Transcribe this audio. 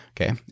Okay